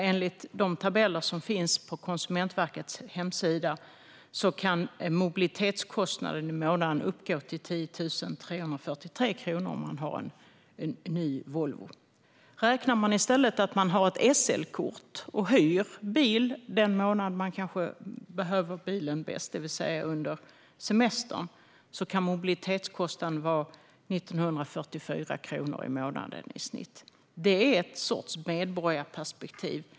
Enligt de tabeller som finns på Konsumentverkets hemsida kan mobilitetskostnaden uppgå till 10 343 kronor om man har en ny Volvo. Om man i stället har ett SL-kort och hyr bil under den månad då man kanske behöver den bäst, det vill säga under semestern, kan mobilitetskostnaden vara 1 944 kronor i månaden i snitt. Det är ett slags medborgarperspektiv.